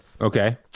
Okay